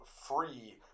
free